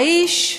האיש,